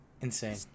insane